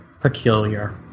peculiar